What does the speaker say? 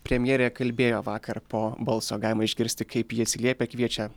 premjerė kalbėjo vakar po balso galima išgirsti kaip ji atsiliepia kviečia